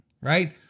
right